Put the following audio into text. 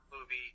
movie